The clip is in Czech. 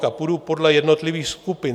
A půjdu podle jednotlivých skupin.